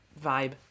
vibe